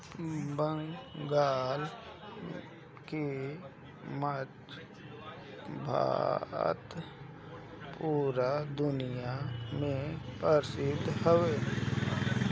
बंगाल के माछ भात पूरा दुनिया में परसिद्ध हवे